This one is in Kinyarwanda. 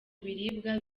biribwa